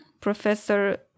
Professor